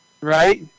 right